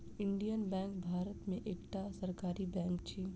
Indian Bank Bharat में एकटा सरकारी बैंक अछि